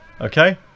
Okay